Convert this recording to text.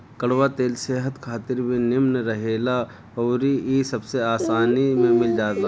कड़ुआ तेल सेहत खातिर भी निमन रहेला अउरी इ सबसे आसानी में मिल जाला